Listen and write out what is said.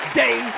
day